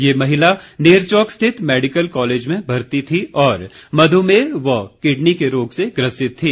ये महिला नेरचौक स्थित मेडिकल कॉलेज में भर्ती थी और मधुमेह व किडनी के रोग से ग्रसित थी